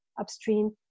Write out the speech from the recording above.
upstream